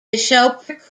bishopric